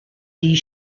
die